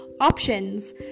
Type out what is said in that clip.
options